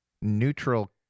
neutral